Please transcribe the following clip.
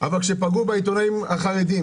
אבל כשפגעו בעיתונאים החרדים,